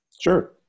sure